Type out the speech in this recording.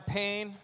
pain